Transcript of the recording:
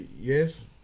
Yes